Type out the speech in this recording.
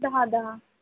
दहा दहा